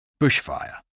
bushfire